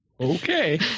okay